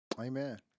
Amen